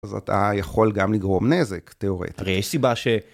אז אתה יכול גם לגרום נזק, תיאורטי. הרי יש סיבה ש...